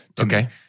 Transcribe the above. Okay